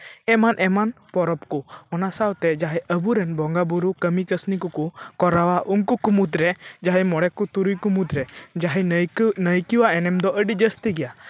ᱮᱢᱟᱱ ᱮᱢᱟᱱ ᱯᱚᱨᱚᱵᱽ ᱠᱚ ᱚᱱᱟ ᱥᱟᱶᱛᱮ ᱡᱟᱦᱟᱸᱭ ᱟᱵᱚ ᱨᱮᱱ ᱵᱚᱸᱜᱟᱼᱵᱩᱨᱩ ᱠᱟᱹᱢᱤ ᱠᱟᱹᱥᱱᱤ ᱠᱚᱠᱚ ᱠᱚᱨᱟᱣᱟ ᱩᱱᱠᱩ ᱠᱚ ᱢᱩᱫᱽᱨᱮ ᱡᱟᱦᱟᱸᱭ ᱢᱚᱬᱮ ᱠᱚ ᱛᱩᱨᱩᱭ ᱠᱚ ᱢᱩᱫᱽᱨᱮ ᱡᱟᱦᱟᱸᱭ ᱱᱟᱭᱠᱟᱹ ᱱᱟᱭᱠᱮᱣᱟᱜ ᱮᱱᱮᱢ ᱫᱚ ᱟᱹᱰᱤ ᱡᱟᱹᱥᱛᱤ ᱜᱮᱭᱟ